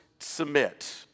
submit